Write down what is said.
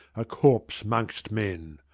a corpse mongst men.